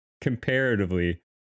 comparatively